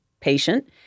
patient